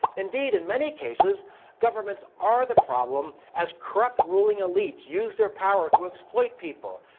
indeed, in many cases governments are the problem, as corrupt ruling elites use their power to exploit people.